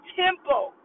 temple